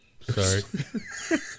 Sorry